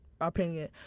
opinion